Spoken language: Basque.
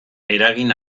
eragin